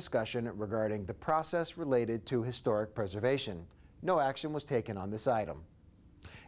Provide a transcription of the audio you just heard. discussion regarding the process related to historic preservation no action was taken on this item